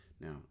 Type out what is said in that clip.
Now